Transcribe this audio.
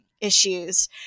issues